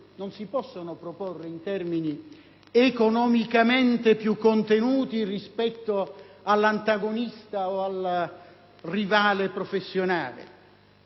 non si possano soltanto proporre soluzioni in termini economicamente più contenuti rispetto all'antagonista o al rivale professionale: